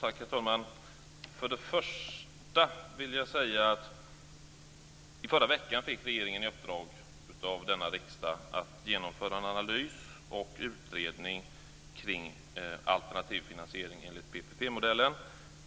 Herr talman! Jag vill först säga att regeringen i förra veckan fick i uppdrag av riksdagen att genomföra en analys och utredning av alternativ finansiering enligt PPP-modellen.